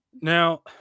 Now